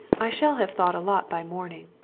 i shall have thought a lot by morning.